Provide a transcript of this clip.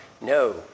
No